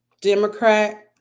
Democrat